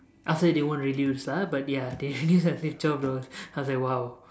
after that they won't reduce lah but ya they actually reduce twelve dollars I was like !wow!